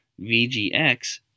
VGX